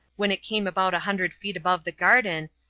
when it came about a hundred feet above the garden,